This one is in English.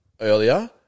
earlier